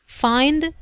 find